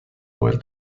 where